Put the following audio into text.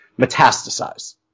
metastasize